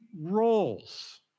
roles